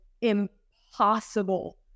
impossible